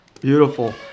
Beautiful